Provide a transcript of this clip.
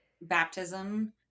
baptism